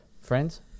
friends